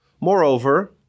Moreover